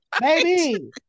Baby